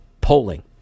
polling